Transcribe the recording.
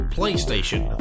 PlayStation